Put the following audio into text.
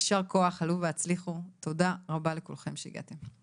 יישר כוח, עלו והצליחו, תודה רבה לכולכם שהגעתם.